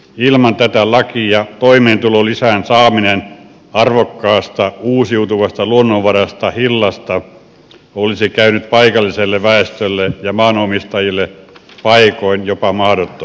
ilman tätä lakia toimeentulolisän saaminen arvokkaasta uusiutuvasta luonnonvarasta hillasta olisi käynyt paikalliselle väestölle ja maanomistajille paikoin jopa mahdottomaksi